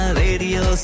radio